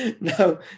No